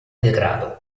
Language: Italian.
degrado